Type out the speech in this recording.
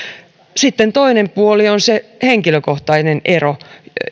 sitten toinen puoli on se henkilökohtainen ero